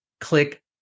Click